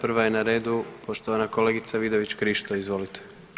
Prva je na redu poštovana kolegica Vidović Krišto, izvolite.